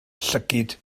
llygaid